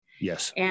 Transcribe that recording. Yes